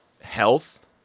health